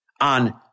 on